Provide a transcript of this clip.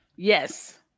Yes